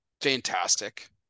fantastic